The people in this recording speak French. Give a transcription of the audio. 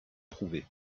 prouvées